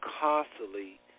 constantly